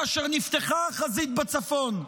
כאשר נפתחה החזית בצפון.